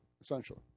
essentially